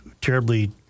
terribly